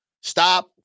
Stop